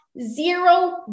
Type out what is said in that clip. Zero